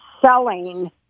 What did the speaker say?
selling